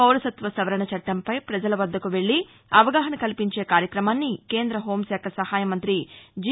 పౌరసత్వ సవరణ చట్టంపై ప్రజల వద్దకు వెల్లి అవగాహన కల్పించే కార్యక్రమాన్ని కేంద్ర హోంశాఖ సహాయ మంత్రి జి